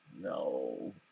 no